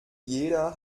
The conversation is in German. jeder